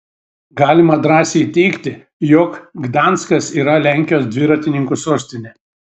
galima drąsiai teigti jog gdanskas yra lenkijos dviratininkų sostinė